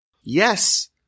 Yes